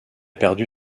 perdu